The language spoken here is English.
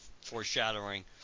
foreshadowing